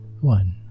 one